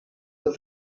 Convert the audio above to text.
that